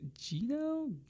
Gino